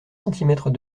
centimètres